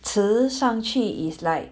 迟上去 is like